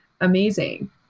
amazing